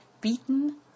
beaten